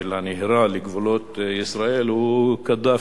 של הנהירה לגבולות ישראל הוא דווקא קדאפי.